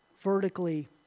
vertically